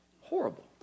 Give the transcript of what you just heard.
Horrible